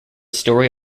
story